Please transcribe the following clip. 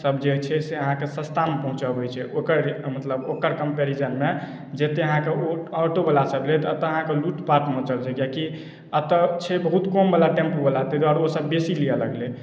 सब जे छै से अहाँके सस्ता मे पहुँचबै छै ओकर मतलब ओकर कम्पैरिजनमे जते अहाँके ऑटो वला सब लेत एतए अहाँके लूट पाट मचल छै किएकि एतए छै बहुत कम वला टेम्पू वला ताहि दुआरे ओसब बेसी लिअ लगलै